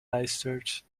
leidsters